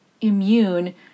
immune